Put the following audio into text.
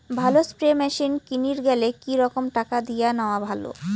ভালো spray machine কিনির গেলে কি রকম টাকা দিয়া নেওয়া ভালো?